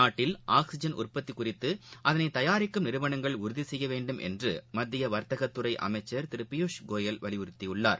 நாட்டில் ஆக்ஸிஜன் உற்பத்திக் குறித்து அதனை தயாரிக்கும் நிறுவனங்கள் உறுதி செய்ய வேண்டும் என்று மத்திய வர்த்தகத் துறை அமைச்சர் திரு பியூஷ் கோயல் வலியுறுத்தியுள்ளார்